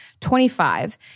25